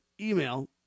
email